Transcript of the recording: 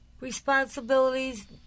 responsibilities